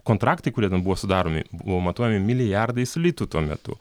kontraktai kurie ten buvo sudaromi buvo matuojami milijardais litų tuo metu